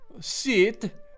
Sit